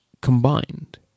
combined